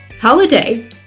Holiday